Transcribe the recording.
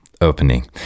opening